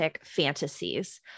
fantasies